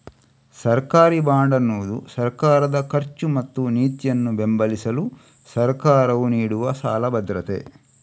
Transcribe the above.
ಸರ್ಕಾರಿ ಬಾಂಡ್ ಅನ್ನುದು ಸರ್ಕಾರದ ಖರ್ಚು ಮತ್ತು ನೀತಿಯನ್ನ ಬೆಂಬಲಿಸಲು ಸರ್ಕಾರವು ನೀಡುವ ಸಾಲ ಭದ್ರತೆ